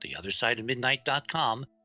theothersideofmidnight.com